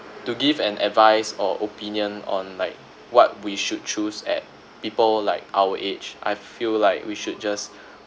to give an advice or opinion on like what we should choose at people like our age I feel like we should just